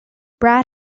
brad